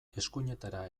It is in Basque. eskuinetara